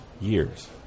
years